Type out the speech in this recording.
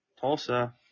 Tulsa